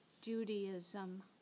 Judaism